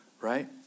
Right